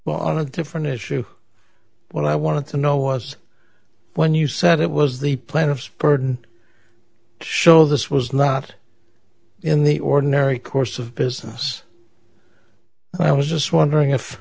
well on a different issue when i wanted to know was when you said it was the plan of spartan show this was not in the ordinary course of business i was just wondering if